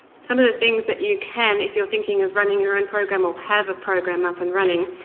some of the things that you can, if you're thinking of running your own program or have a program up and running.